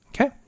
Okay